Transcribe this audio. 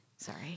Sorry